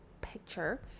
picture